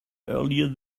earlier